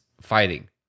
fighting